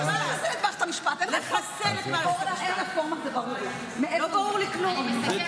בשנת 1992 לא היו נציגים לאופוזיציה,